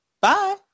Bye